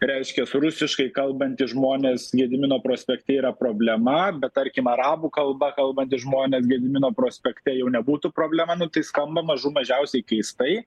reiškias rusiškai kalbantys žmonės gedimino prospekte yra problema bet tarkim arabų kalba kalbantys žmonės gedimino prospekte jau nebūtų problema nu tai skamba mažų mažiausiai keistai